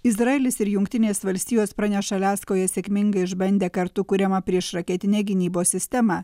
izraelis ir jungtinės valstijos praneša aliaskoje sėkmingai išbandė kartu kuriamą priešraketinę gynybos sistemą